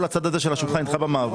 כל הצד הזה של השולחן איתך במאבק.